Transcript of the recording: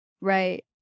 right